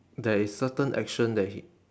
there is certain action that he